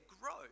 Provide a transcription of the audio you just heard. growth